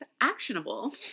actionable